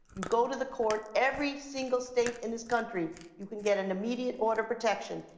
you go to the court. every single state in this country, you can get an immediate order protection.